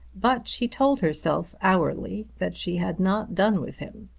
but she told herself hourly that she had not done with him.